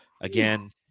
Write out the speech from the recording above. Again